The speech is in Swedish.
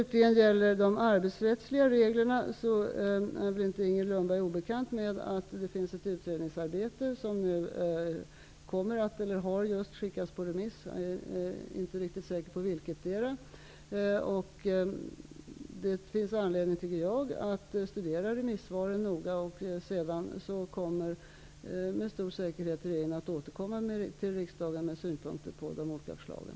Vidare har vi de arbetsrättsliga reglerna. Inger Lundberg är inte obekant med att det pågår ett utredningsarbete som kommer att skickas, eller just har skickats, på remiss -- jag är inte riktigt säker på vilket. Det finns anledning att studera remissvaren noga. Sedan kommer med stor säkerhet regeringen att återkomma till riksdagen med synpunkter på de olika förslagen.